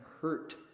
hurt